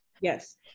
Yes